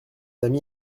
ami